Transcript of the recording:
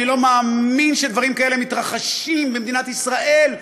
אני לא מאמין שדברים כאלה מתרחשים במדינת ישראל.